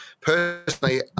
personally